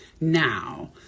now